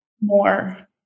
more